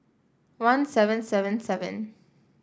one seven seven seven